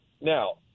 Now